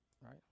right